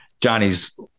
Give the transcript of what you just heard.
Johnny's